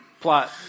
plot